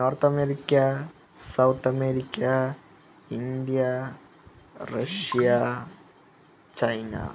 north America south America India Russia China